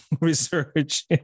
research